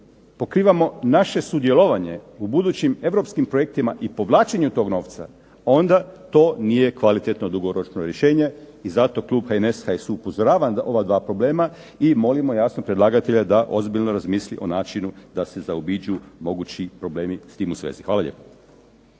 pokrivamo naše sudjelovanje u budućim europskim projektima i povlačenju tog novca onda to nije kvalitetno dugoročno rješenje. I zato klub HNS-a, HSU upozorava na ova dva problema i molimo jasno predlagatelja da ozbiljno razmisli o načinu da se zaobiđu mogući problemi s tim u svezi. Hvala lijepo.